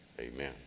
amen